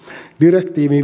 direktiivin